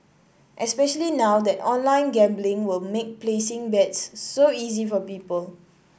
especially now that online gambling will make placing bets so easy for people